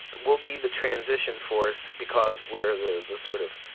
we'll be the transition force because we're the the sort of.